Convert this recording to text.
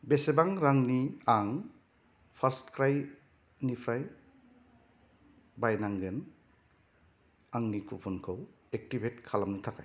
बेसेबां रांनि आं फार्स्टक्राइनिफ्राय बायनांगोन आंनि कुपनखौ एक्टिभेट खालामनो थाखाय